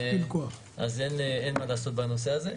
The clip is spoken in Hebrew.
אז אין מה לעשות בנושא הזה.